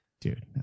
dude